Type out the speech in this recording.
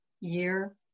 year